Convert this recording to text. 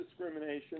discrimination